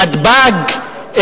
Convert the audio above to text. נתב"ג,